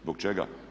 Zbog čega?